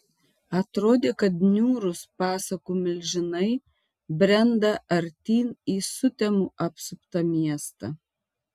atrodė kad niūrūs pasakų milžinai brenda artyn į sutemų apsuptą miestą